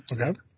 Okay